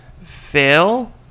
fail